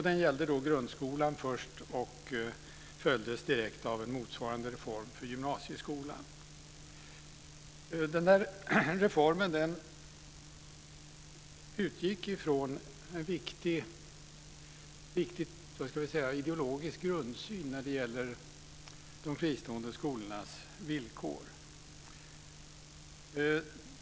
Den gällde grundskolan, och den följdes direkt av en motsvarande reform för gymnasieskolan. Reformen utgick från en viktig ideologisk grundsyn på de fristående skolornas villkor.